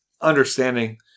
understanding